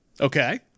Okay